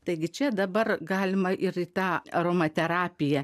taigi čia dabar galima ir į tą aromaterapiją